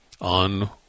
on